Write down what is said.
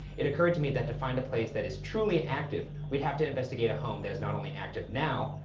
it occurred to me that to find a place that is truly active, we'd have to investigate a home that is not only active now,